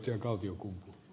totta kai